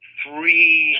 three